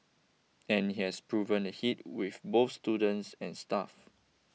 and it has proven a hit with both students and staff